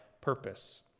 purpose